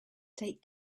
take